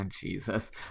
Jesus